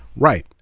right.